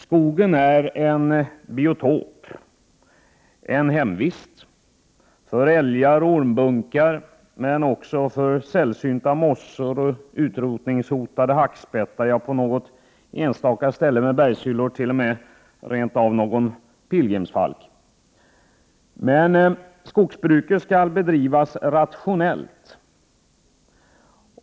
Skogen är en biotop, ett hemvist för älgar och ormbunkar men även för sällsynta mossor och utrotningshotade hackspettar. På något enstaka ställe där det finns berghyllor är skogen också t.o.m. ett hemvist för pilgrimsfalken. Skogsbruket skall bedrivas rationellt.